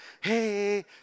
Hey